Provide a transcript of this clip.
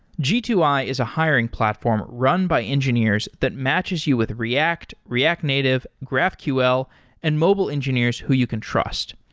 g two i is a hiring platform run by engineers that matches you with react, react native, graphql and mobile engineers who you can trust.